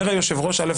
אומר היושב-ראש א'